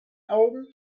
augen